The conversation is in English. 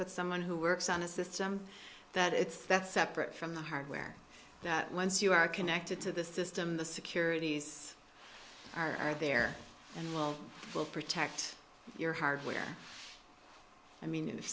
but someone who works on a system that it's that separate from the hardware that once you are connected to the system the securities are there and will protect your hardware i mean if